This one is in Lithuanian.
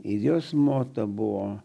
ir jos moto buvo